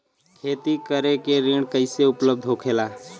खेती करे के ऋण कैसे उपलब्ध होखेला?